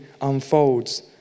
unfolds